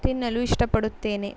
ತಿನ್ನಲು ಇಷ್ಟಪಡುತ್ತೇನೆ